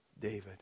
David